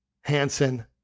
Hansen